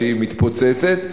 כשהיא מתפוצצת.